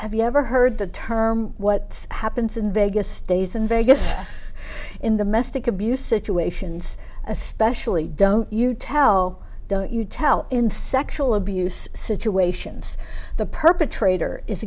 have you ever heard the term what happens in vegas stays in vegas in the mystic abuse situations especially don't you tell you tell in sexual abuse situations the perpetrator is